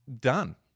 done